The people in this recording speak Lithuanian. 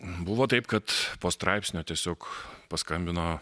buvo taip kad po straipsnio tiesiog paskambino